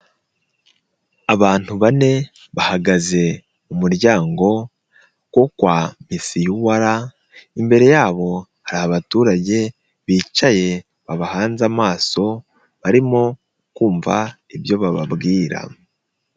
Abantu bane bahagaze mu muryango wo kwa MIS/UR, imbere yabo hari abaturage bicaye, babahanze amaso barimo kumva ibyo bababwira.